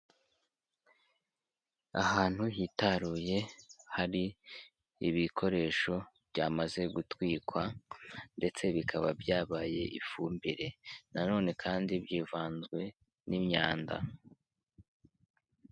Ahantu hitaruye hari ibikoresho byamaze gutwikwa ndetse bikaba byabaye ifumbire, nanone kandi byivanzwe n'imyanda.